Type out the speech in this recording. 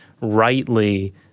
rightly